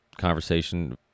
conversation